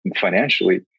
financially